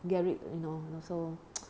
get rid you know also